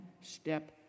step